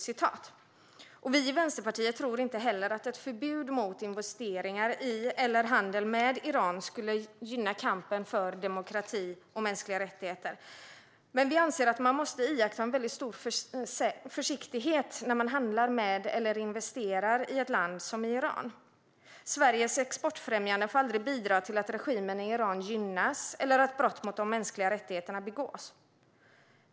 Vi i Vänsterpartiet tror inte heller att ett förbud mot investeringar i eller handel med Iran skulle gynna kampen för demokrati och mänskliga rättigheter, men vi anser att man måste iaktta stor försiktighet när man handlar med eller investerar i ett land som Iran. Sveriges exportfrämjande får aldrig bidra till att regimen i Iran gynnas eller att brott mot de mänskliga rättigheterna begås.